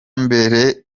mbere